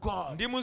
God